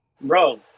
bro